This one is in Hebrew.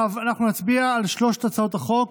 נצביע על שלוש הצעות החוק,